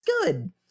good